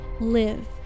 live